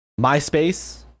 MySpace